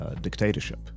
dictatorship